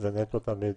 זה נטו תמיד